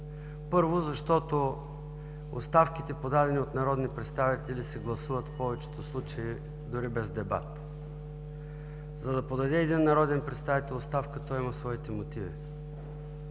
Първо, защото оставките, подадени от народни представители, се гласуват в повечето случаи дори без дебат. За да подаде един народен представител оставка, той има своите мотиви.